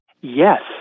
Yes